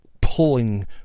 pulling